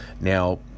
Now